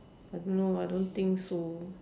I don't know I don't think so